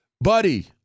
buddy